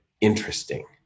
interesting